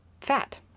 fat